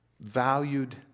valued